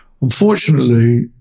Unfortunately